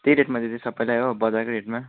त्यही रेटमा दिँदैछु सबैलाई हो बजारकै रेटमा